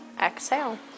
exhale